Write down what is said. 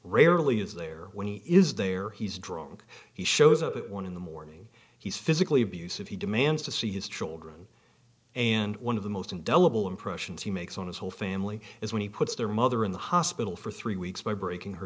rarely is there when he is there he's drunk he shows it one in the morning he's physically abusive he demands to see his children and one of the most indelible impressions he makes on his whole family is when he puts their mother in the hospital for three weeks by breaking her